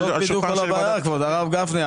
זאת בדיוק כל הבעיה, כבוד הרב גפני.